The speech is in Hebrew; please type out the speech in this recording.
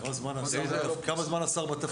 כמה זמן השר בתפקיד?